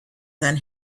than